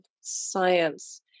science